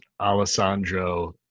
Alessandro